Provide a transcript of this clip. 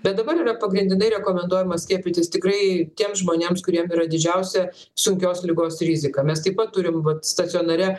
bet dabar yra pagrindinai rekomenduojama skiepytis tikrai tiems žmonėms kuriem yra didžiausia sunkios ligos rizika mes taip pat turim vat stacionare